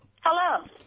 Hello